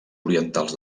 orientals